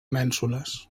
mènsules